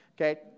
Okay